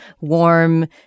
warm